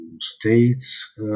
states